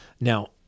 now